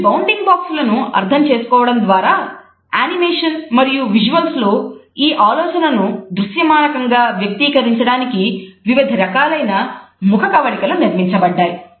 ఈ బౌండింగ్ బాక్సులను లో ఈ ఆలోచనను దృశ్యమానకంగా వ్యక్తీకరించడానికి వివిధ రకాలైన ముఖకవళికలు నిర్మించబడ్డాయి